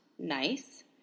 nice